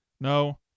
no